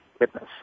witness